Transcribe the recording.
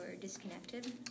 disconnected